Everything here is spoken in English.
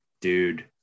dude